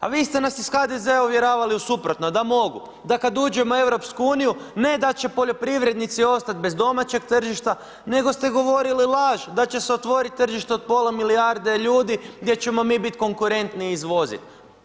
A vi ste nas iz HDZ-a uvjeravali u suprotno da mogu, da kad uđemo u EU ne da će poljoprivrednici ostati bez domaćeg tržišta, nego ste govorili laž da će se otvoriti tržište od pola milijarde ljudi gdje ćemo mi biti konkurentni i izvoziti.